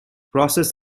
process